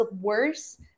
worse